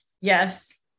Yes